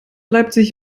leipzig